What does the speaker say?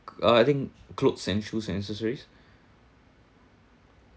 uh I think clothes and shoes and accessories